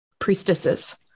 priestesses